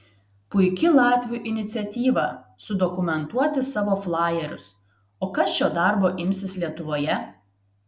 puiki latvių iniciatyva sudokumentuoti savo flajerius o kas šio darbo imsis lietuvoje